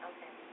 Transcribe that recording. Okay